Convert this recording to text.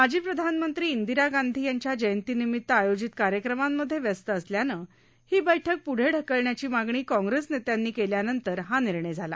माजी प्रधानमंत्री इंदिरा गांधी यांच्या जयंतीनिमित आयोजित कार्यक्रमांमधे व्यस्त असल्यानं ही बैठक प्ढे ढकलण्याची मागणी काँग्रेस नेत्यांनी केल्यानंतर हा निर्णय झाला